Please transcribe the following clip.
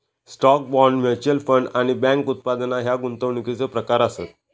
stock, bond, mutual fund आणि bank उत्पादना ह्या गुंतवणुकीचो प्रकार आसत